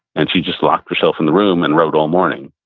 and she just locked herself in the room and wrote all morning.